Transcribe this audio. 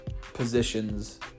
positions